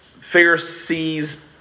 Pharisees